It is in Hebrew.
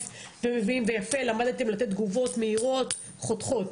ומביאים ולמדתם לתת תגובות מהירות וחותכות.